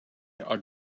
are